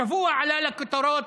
השבוע עלה לכותרות,